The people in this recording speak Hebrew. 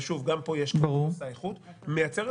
ושוב גם פה יש כמות עושה איכות מייצרת